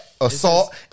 Assault